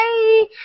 Hey